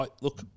look